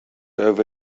over